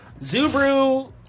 Zubru